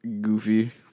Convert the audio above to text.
Goofy